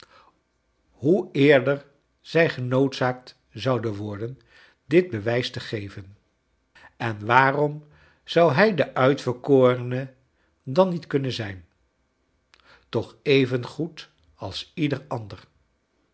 hoe eerder zij genoodzaakt zouden worden dit bewijs te geven en waarorn zou hij de uitverkorene dan niet kurmen zijn toch even goed als ieder anderl